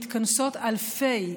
מתכנסות אלפי,